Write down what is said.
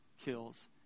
kills